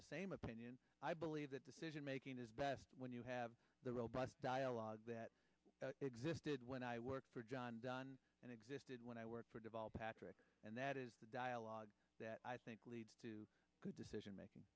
the same opinion i believe that decision making is best when you have the robust dialogue that existed when i worked for john don and existed when i worked for devo patrick and that is the dialogue that i think leads to good decision making